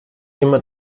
immer